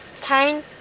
time